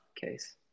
case